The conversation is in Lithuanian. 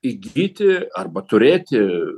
įgyti arba turėti